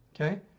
okay